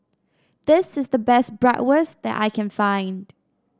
this is the best Bratwurst that I can find